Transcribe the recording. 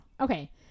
okay